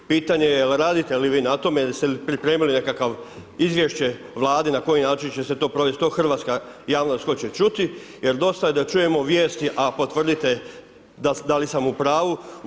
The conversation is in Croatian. Pitanje je jel radite li vi na tome, jeste li pripremili nekakav izvješće vladi, na koji način će se to provesti, to hrvatska javnost hoće čuti, jer dosta je da čujemo vijesti, a potvrdite da li sam u pravu.